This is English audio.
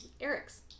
Eric's